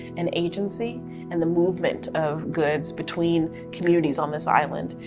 and agency and the movement of goods between communities on this island.